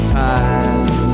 time